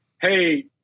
hey